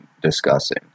discussing